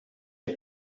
est